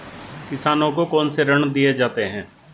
किसानों को कौन से ऋण दिए जाते हैं?